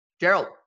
Gerald